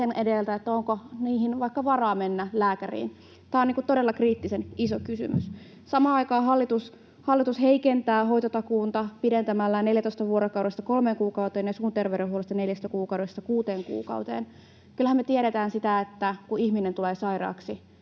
onko vaikka varaa mennä lääkäriin. Tämä on todella kriittisen iso kysymys. Samaan aikaan hallitus heikentää hoitotakuuta pidentämällä sitä 14 vuorokaudesta kolmeen kuukauteen ja suun terveydenhuollossa neljästä kuukaudesta kuuteen kuukauteen. Kyllähän me tiedetään, että kun ihminen tulee sairaaksi,